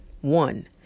One